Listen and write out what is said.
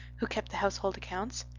who kept the household accounts.